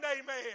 Amen